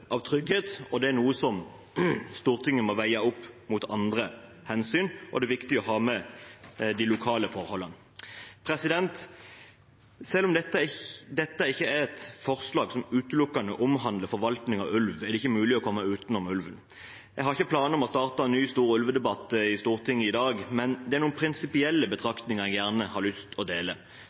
av trygghet. Det er noe som Stortinget må veie opp mot andre hensyn, og det er viktig å ha med de lokale forholdene. Selv om dette ikke er et forslag som utelukkende omhandler forvaltning av ulv, er det ikke mulig å komme utenom ulven. Jeg har ikke planer om å starte en ny, stor ulvedebatt i Stortinget i dag, men det er noen prinsipielle betraktninger jeg gjerne har lyst til å dele.